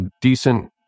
decent